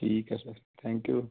ਠੀਕ ਹੈ sir thank you